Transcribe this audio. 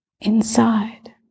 inside